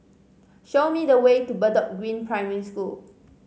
show me the way to Bedok Green Primary School